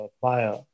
fire